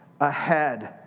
ahead